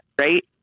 right